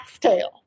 tail